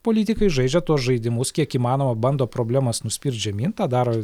politikai žaidžia tuos žaidimus kiek įmanoma bando problemas nuspirt žemyn tą daro